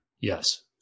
Yes